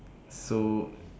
so